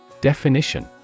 Definition